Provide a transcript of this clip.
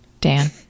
Dan